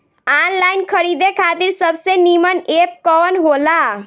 Online खरीदे खातिर सबसे नीमन एप कवन हो ला?